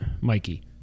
Mikey